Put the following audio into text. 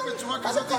להתבטא בצורה כזאת,